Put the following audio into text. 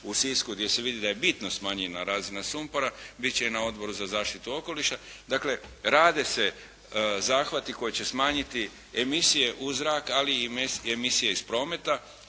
u Sisku gdje se vidi da je bitno smanjena razina sumpora. Bit će i na Odboru za zaštitu okoliša. Dakle, rade se zahvati koji će smanjiti emisije u zrak ali i emisije iz prometa.